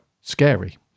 scary